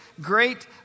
great